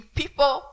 people